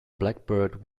blackbird